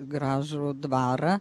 gražų dvarą